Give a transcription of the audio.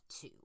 two